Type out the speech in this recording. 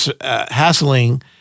hassling